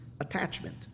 attachment